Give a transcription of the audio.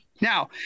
Now